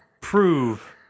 Prove